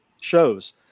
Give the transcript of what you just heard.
shows